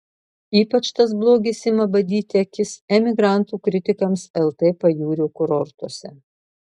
ypač tas blogis ima badyti akis emigrantų kritikams lt pajūrio kurortuose